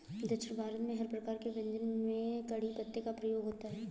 दक्षिण भारत में हर प्रकार के व्यंजन में कढ़ी पत्ते का प्रयोग होता है